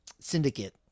syndicate